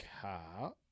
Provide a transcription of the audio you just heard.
car